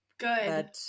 good